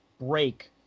break